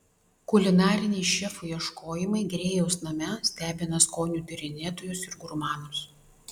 kulinariniai šefų ieškojimai grėjaus name stebina skonių tyrinėtojus ir gurmanus